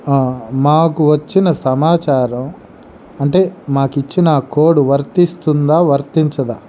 మాకు వచ్చిన సమాచారం అంటే మాకిచ్చిన కోడ్ వర్తిస్తుందా వర్తించదా